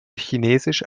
chinesisch